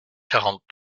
quarante